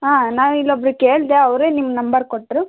ಹಾಂ ನಾವು ಇಲ್ಲೊಬ್ರಿಗ್ ಕೇಳಿದೆ ಅವರೇ ನಿಮ್ಮ ನಂಬರ್ ಕೊಟ್ಟರು